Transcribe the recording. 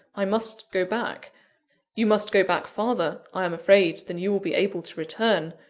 i must go back you must go back farther, i am afraid, than you will be able to return.